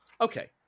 Okay